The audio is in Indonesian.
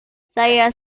saya